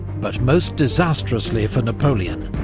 but most disastrously for napoleon,